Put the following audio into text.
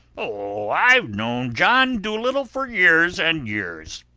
oh, i've known john dolittle for years and years,